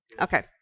Okay